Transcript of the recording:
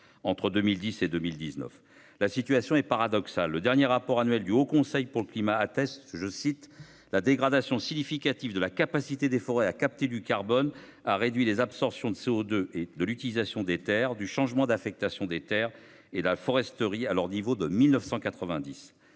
entre 2010 et 2019. La situation est paradoxale. Dans son dernier rapport annuel, le Haut Conseil pour le climat relève que « la dégradation significative de la capacité des forêts à capter du carbone a réduit les absorptions de CO2 de l'utilisation des terres, du changement d'affectation des terres et de la foresterie (UTCATF) à leur niveau de 1990 ».